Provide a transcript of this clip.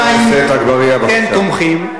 אבל האמריקנים כן תומכים.